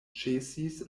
ĉesis